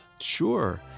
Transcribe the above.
Sure